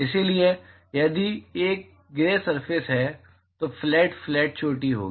इसलिए यदि यह एक ग्रे सरफेस है तो फ्लैट फ्लैट चोटी होगी